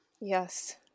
Yes